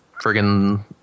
friggin